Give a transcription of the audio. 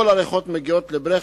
כל הריחות מגיעים לברכפלד,